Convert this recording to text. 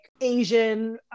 Asian